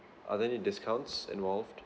are there any discounts involved